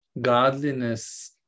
godliness